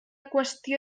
qüestió